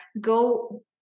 Go